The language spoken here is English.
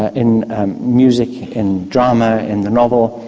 ah in music, in drama, in the novel,